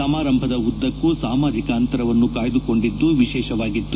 ಸಮಾರಂಭದ ಉದ್ದಕ್ಕೂ ಸಾಮಾಜಿಕ ಅಂತರವನ್ನು ಕಾಯ್ದುಕೊಂಡಿದ್ದು ವಿಶೇಷವಾಗಿತ್ತು